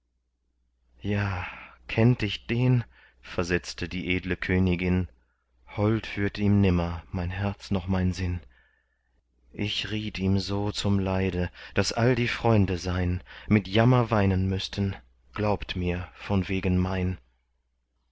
ja kennt ich den versetzte die edle königin hold würd ihm nimmer mein herz noch mein sinn ich riet ihm so zum leide daß all die freunde sein mit jammer weinen wüßten glaubt mir von wegen mein